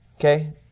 okay